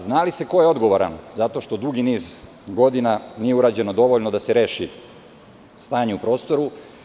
Zna li se ko je odgovoran zato što dugi niz godina nije urađeno dovoljno da se reši stanje u prostoru?